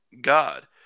God